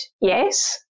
yes